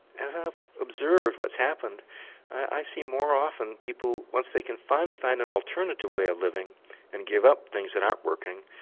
as i observe what's happened i see more often people once they can finally find an alternative way of living and give up things that aren't working,